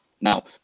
Now